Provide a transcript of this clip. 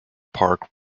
park